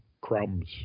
Crumbs